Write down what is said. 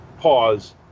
pause